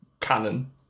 canon